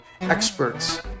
experts